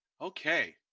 Okay